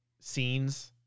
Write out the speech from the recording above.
scenes